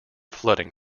flooding